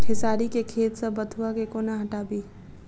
खेसारी केँ खेत सऽ बथुआ केँ कोना हटाबी